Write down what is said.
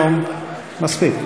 מספיק.